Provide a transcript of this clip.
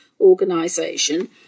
organization